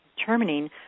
Determining